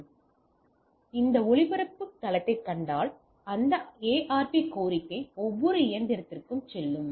எனவே VLAN இல்லாமல் அந்த ஒளிபரப்பு களத்தைக் கண்டால் அந்த ARP கோரிக்கை ஒவ்வொரு இயந்திரத்திற்கும் செல்லும்